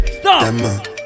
Stop